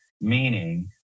meaning